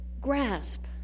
grasp